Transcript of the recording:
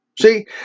See